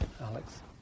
Alex